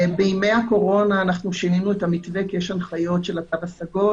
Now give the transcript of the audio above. בימי הקורונה שינינו את המתווה כי יש הנחיות של התו הסגול